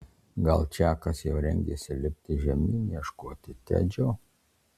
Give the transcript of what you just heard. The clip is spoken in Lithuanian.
gal čakas jau rengėsi lipti žemyn ieškoti tedžio